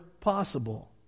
possible